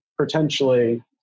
potentially